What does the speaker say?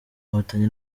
inkotanyi